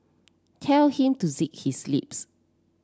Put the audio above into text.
tell him to zip his lips